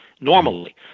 normally